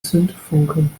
zündfunken